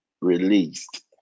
released